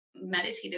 meditative